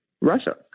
Russia